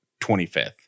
25th